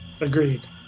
Agreed